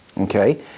Okay